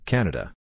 Canada